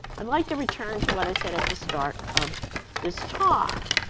i'd like to return to what i said at the start of this talk,